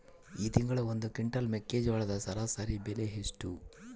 ಈ ತಿಂಗಳ ಒಂದು ಕ್ವಿಂಟಾಲ್ ಮೆಕ್ಕೆಜೋಳದ ಸರಾಸರಿ ಬೆಲೆ ಎಷ್ಟು?